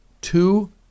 Two